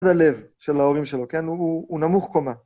זה הלב של ההורים שלו, כן? הוא נמוך קומה.